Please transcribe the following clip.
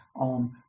on